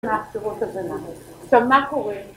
מה ... עכשיו, מה קורה?